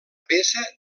peça